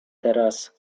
teraz